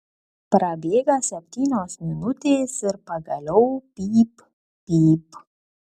prabėga septynios minutės ir pagaliau pyp pyp